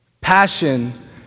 Passion